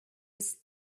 was